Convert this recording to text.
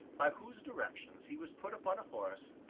by whose directions he was put upon a horse,